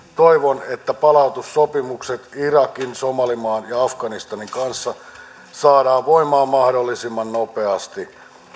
toivon että palautussopimukset irakin somalimaan ja afganistanin kanssa saadaan voimaan mahdollisimman nopeasti